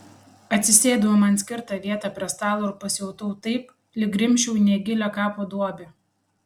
atsisėdau į man skirtą vietą prie stalo ir pasijutau taip lyg grimzčiau į negilią kapo duobę